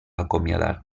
acomiadar